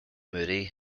moody